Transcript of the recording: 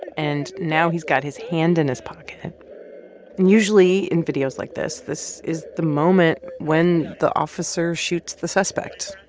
and now he's got his hand in his pocket. and usually in videos like this, this is the moment when the officer shoots the suspect.